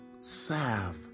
salve